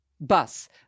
bus